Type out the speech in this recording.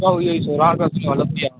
न इहो सोरहां रुपया हलंदी आहे